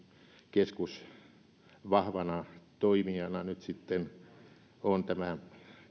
euroon huoltovarmuuskeskus vahvana toimijana nyt sitten on tämä